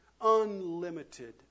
unlimited